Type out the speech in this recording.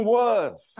words